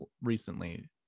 recently